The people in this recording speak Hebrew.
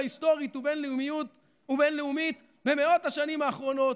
היסטורית ובין-לאומית במאות השנים האחרונות.